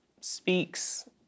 speaks